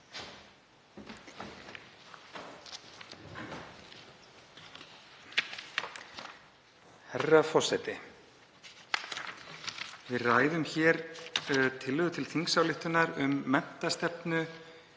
Herra forseti. Við ræðum hér tillögu til þingsályktunar um menntastefnu